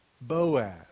Boaz